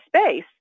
space